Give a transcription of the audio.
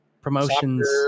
promotions